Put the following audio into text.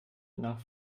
nach